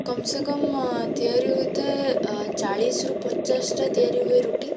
କମ୍ ସେ କମ୍ ତିଆରି ହୋଇଥାଏ ଚାଳିଶରୁ ପଚାଶଟା ତିଆରି ହୁଏ ରୁଟି